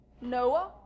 Noah